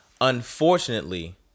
Unfortunately